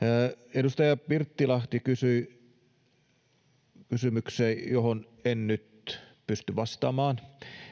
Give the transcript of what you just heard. edustaja pirttilahti kysyi kysymyksen johon en nyt pysty vastaamaan